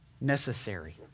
necessary